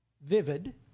vivid